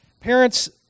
Parents